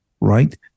right